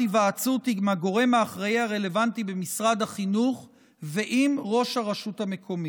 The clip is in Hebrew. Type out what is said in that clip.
היוועצות עם הגורם האחראי הרלוונטי במשרד החינוך ועם ראש הרשות המקומית.